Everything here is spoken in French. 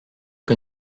que